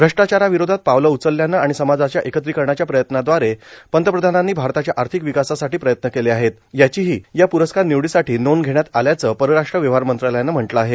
श्रष्टाचाराविरोधात पावलं उचलल्यानं आणि समाजाच्या एकत्रीकरणाच्या प्रयत्नांदवारे पंतप्रधानांनी भारताच्या आर्थिक विकासासाठी प्रयत्न केले आहेत याचीही या प्रस्कार निवडीसाठी नोंद घेण्यात आल्याचं परराष्ट्र व्यवहार मंत्रालयानं म्हटलं आहे